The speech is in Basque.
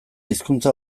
hizkuntza